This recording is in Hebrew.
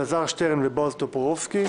אלעזר שטרן ובועז טופורובסקי,